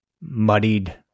muddied